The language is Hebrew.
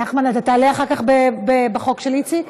נחמן, אתה תעלה אחר כך, בחוק של איציק?